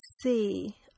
see